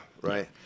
right